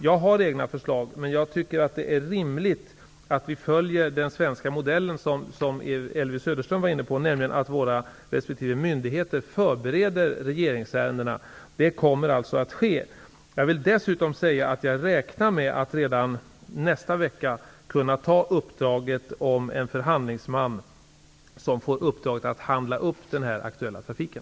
Jag har egna förslag, men jag tycker att det är rimligt att vi följer den svenska modellen, som Elvy Söderström var inne på, nämligen att våra resp. myndigheter förbereder regeringsärendena. Det kommer att ske. Jag vill dessutom säga att jag räknar med att redan nästa vecka kunna ge en förhandlingsman uppdraget att handla upp den aktuella trafiken.